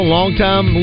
longtime